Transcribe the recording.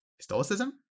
Stoicism